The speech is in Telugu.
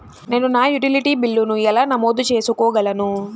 నేను నా యుటిలిటీ బిల్లులను ఎలా నమోదు చేసుకోగలను?